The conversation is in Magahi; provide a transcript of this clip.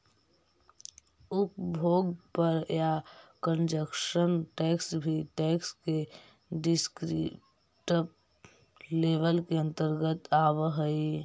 उपभोग कर या कंजप्शन टैक्स भी टैक्स के डिस्क्रिप्टिव लेबल के अंतर्गत आवऽ हई